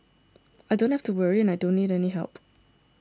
I don't have to worry and I don't need any help